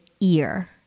ear